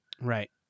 Right